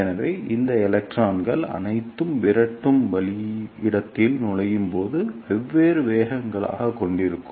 எனவே இந்த எலக்ட்ரான்கள் அனைத்தும் விரட்டும் இடத்தில் நுழையும் போது வெவ்வேறு வேகங்களைக் கொண்டிருக்கும்